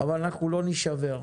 אבל אנחנו לא נישבר.